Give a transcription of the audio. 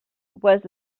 was